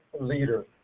leader